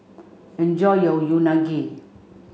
enjoy your Unagi